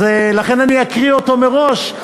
לכן אני אקריא אותו מראש,